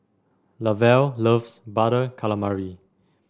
Lavelle loves Butter Calamari